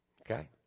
Okay